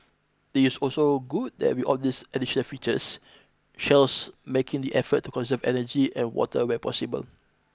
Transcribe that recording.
it's also good that with all these additional features Shell's making the effort to conserve energy and water where possible